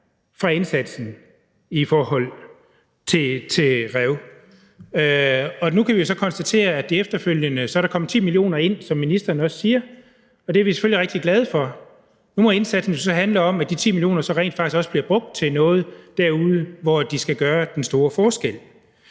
fra indsatsen i forhold til rev. Nu kan vi så konstatere, at der efterfølgende er kommet 10 mio. kr. ind, som ministeren også siger, og det er vi selvfølgelig rigtig glade for. Nu må indsatsen jo så handle om, at de 10 mio. kr. så rent faktisk også bliver brugt til noget derude, hvor de skal gøre den store forskel.